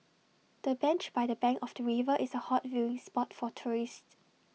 the bench by the bank of the river is A hot viewing spot for tourists